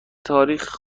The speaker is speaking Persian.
تاریخ